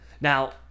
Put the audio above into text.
Now